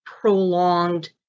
prolonged